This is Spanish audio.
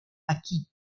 aquí